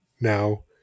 now